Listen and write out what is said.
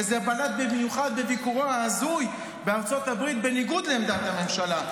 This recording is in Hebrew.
וזה בלט במיוחד בביקורו ההזוי בארצות הברית בניגוד לעמדת הממשלה,